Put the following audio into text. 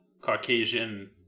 caucasian